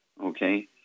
okay